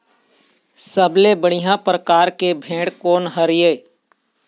सबले बढ़िया परकार के भेड़ कोन हर ये?